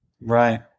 Right